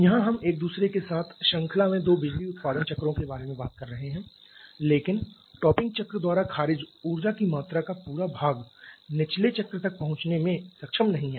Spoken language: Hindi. यहां हम एक दूसरे के साथ श्रृंखला में दो बिजली उत्पादन चक्रों के बारे में बात कर रहे हैं लेकिन टॉपिंग चक्र द्वारा खारिज ऊर्जा की मात्रा का पूरा भाग निकले चक्र तक पहुंचने में सक्षम नहीं है